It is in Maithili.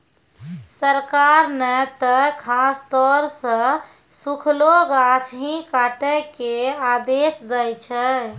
सरकार नॅ त खासतौर सॅ सूखलो गाछ ही काटै के आदेश दै छै